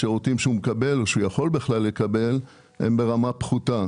השירותים שהוא מקבל או שהוא יכול לקבל הם ברמה פחותה.